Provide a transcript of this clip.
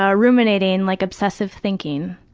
ah ruminating, like obsessive thinking.